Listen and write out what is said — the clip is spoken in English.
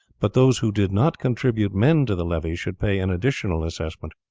but those who did not contribute men to the levy should pay an additional assessment.